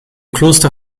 kloster